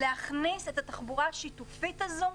להכניס את התחבורה השיתופית הזו.